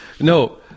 No